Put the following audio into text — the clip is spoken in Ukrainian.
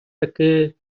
таки